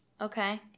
Okay